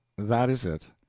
that is it.